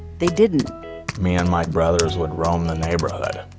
they didn't me and my brothers would roam the neighborhood.